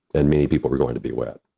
and many people were going to be wet.